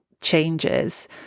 changes